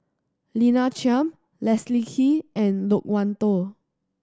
Lina Chiam Leslie Kee and Loke Wan Tho